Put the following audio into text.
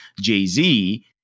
Jay-Z